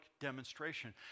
demonstration